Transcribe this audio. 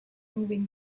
moving